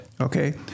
Okay